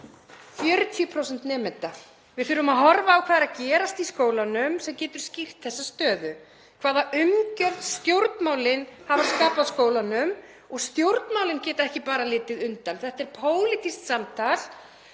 40% nemenda. Við þurfum að horfa á hvað er að gerast í skólunum sem getur skýrt þessa stöðu, hvaða umgjörð stjórnmálin hafa skapað skólanum. Og stjórnmálin geta ekki bara litið undan. Þetta er pólitískt samtal